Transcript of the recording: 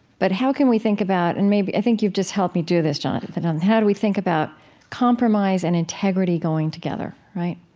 but how can we think about and i think you've just helped me do this, jonathan. um how do we think about compromise and integrity going together, right?